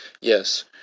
yes